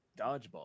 Dodgeball